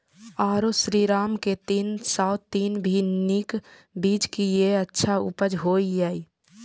आरो श्रीराम के तीन सौ तीन भी नीक बीज ये अच्छा उपज होय इय?